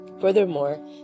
Furthermore